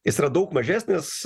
jis yra daug mažesnis